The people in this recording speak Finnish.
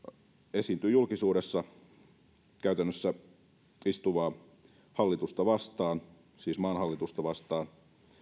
esiintyi julkisuudessa käytännössä istuvaa hallitusta vastaan siis maan hallitusta vastaan